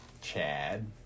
Chad